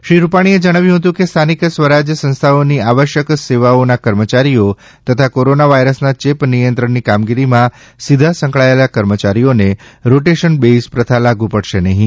શ્રી રૂપાણીએ જણાવ્યું હતું કે સ્થાનિક સ્વરાજ્ય સંસ્થાઓની આવશ્યક સેવાઓના કર્મચારીઓ તથા કોરોના વાયરસના ચેપ નિયંત્રણની કામગીરીમાં સીધા સંકળાયેલા કર્મચારીઓને રોટેશનલ બેઇઝ પ્રથા લાગુ પડશે નહીં